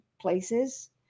places